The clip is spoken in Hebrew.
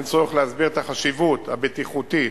אין צורך להסביר את החשיבות הבטיחותית,